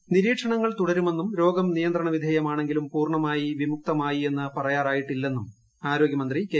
ശൈലജ നിയന്ത്രണങ്ങൾ തുടരുമെന്നും രോഗം നിയന്ത്രണ വിധേയമാണെങ്കിലും പൂർണ്ണമായി വിമുക്തമായി എന്ന് പറയാറായിട്ടില്ലെന്നും ആരോഗ്യമന്ത്രി കെ